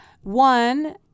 One